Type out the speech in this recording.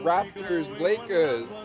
Raptors-Lakers